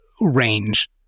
range